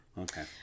Okay